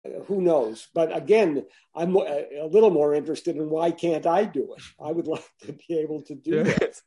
מי יודע? אבל עוד פעם, אני קצת יותר מעוניין ולמה אני לא יכול לעשות את זה? אני רוצה להיות יכול לעשות את זה.